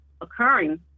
occurring